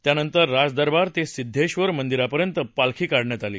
त्यानंतर राजदरबार ते सिध्देश्वर मंदिरापर्यंत पालखी काढण्यात आली